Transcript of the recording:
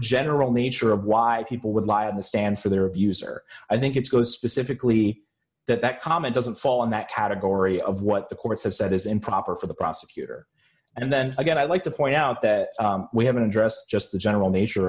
general nature of why people would lie on the stand for their views or i think it goes specifically that that comment doesn't fall in that category of what the courts have said is improper for the prosecutor and then again i'd like to point out that we have an address just the general nature